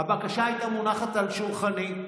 והבקשה הייתה מונחת על שולחני.